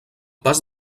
pas